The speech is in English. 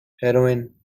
heroine